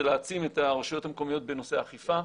להעצים את הרשויות המקומיות בנושא האכיפה,